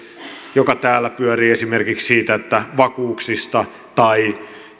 joka täällä pyörii esimerkiksi vakuuksista tai